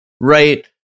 right